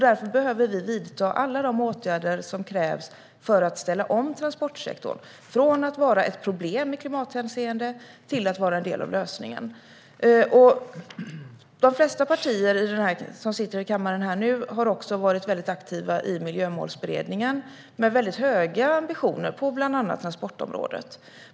Därför behöver vi vidta alla de åtgärder som krävs för att ställa om transportsektorn från att vara ett problem i klimathänseende till att vara en del av lösningen. De flesta partier som sitter i kammaren har också varit väldigt aktiva i Miljömålsberedningen, med väldigt höga ambitioner på bland annat transportområdet.